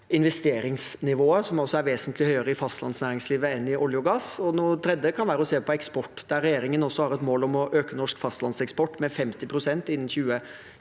investeringsnivået, som er vesentlig høyere i fastlandsnæringslivet enn i olje- og gassindustrien. Det tredje kan være å se på eksport, der regjeringen har et mål om å øke norsk fastlandseksport med 50 pst. innen 2030.